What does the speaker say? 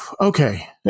okay